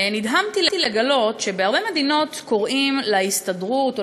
ונדהמתי לגלות שבהרבה מדינות קוראים להסתדרות או